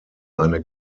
eine